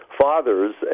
fathers